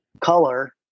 color